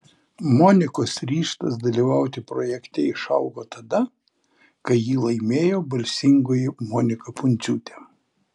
monikos ryžtas dalyvauti projekte išaugo tada kai jį laimėjo balsingoji monika pundziūtė